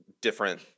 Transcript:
different